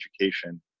education